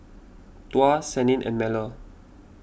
Tuah Senin and Melur